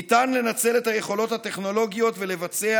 ניתן לנצל את היכולות הטכנולוגיות ולבצע